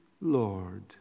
Lord